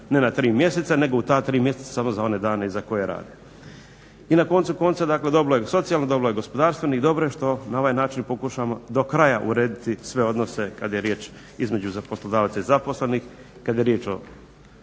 ne na tri mjeseca nego u ta tri mjeseca samo za one dane za koje i rade. I na koncu konca dakle, dobilo je socijalno, dobio je gospodarstvenik, dobro je što na ovaj način pokušavamo do kraja urediti sve odnose kad je riječ između poslodavaca i zaposlenih, kad je riječ o